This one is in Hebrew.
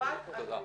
חובת אנונימיות.